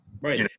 Right